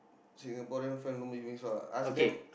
Singaporean friend don't make me ask them